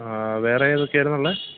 ആ വേറെയേതൊക്കെയായിരുന്നു ഉള്ളത്